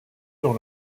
dans